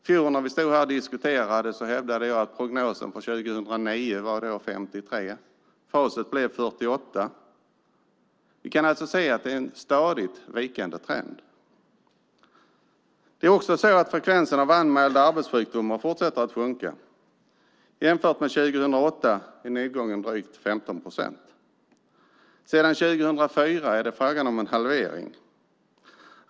Förra gången vi diskuterade detta hävdade jag att prognosen för 2009 var 53; facit är 48. Vi kan alltså se en stadigt vikande trend. Antalet anmälda arbetssjukdomar fortsätter att sjunka. Jämfört med 2008 är nedgången drygt 15 procent. Sedan 2004 är det fråga om en halvering.